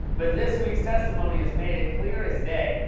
but this week's testimony has made it clear as day,